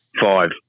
five